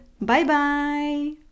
bye-bye